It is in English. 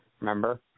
Remember